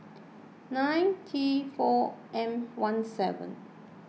nine T four M one seven